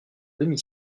demi